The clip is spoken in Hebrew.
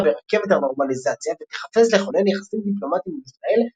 ברכבת הנורמליזציה ותיחפז לכונן יחסים דיפלומטיים עם ישראל,